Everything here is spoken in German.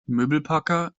möbelpacker